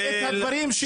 אני סיימתי את הדברים שלי.